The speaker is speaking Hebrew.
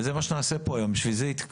וזה מה שנעשה פה היום, בשביל התכנסנו.